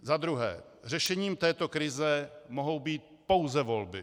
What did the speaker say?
Za druhé, řešením této krize mohou být pouze volby.